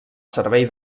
servei